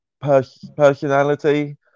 personality